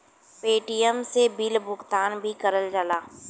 Paytm से bill भुगतान भी करल जाला